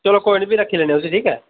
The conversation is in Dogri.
चलो कोई नी फी रक्खी लैन्ने आं उसी ठीक ऐ